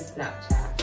Snapchat